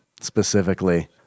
specifically